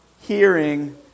hearing